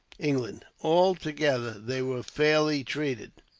england. altogether, they were fairly treated.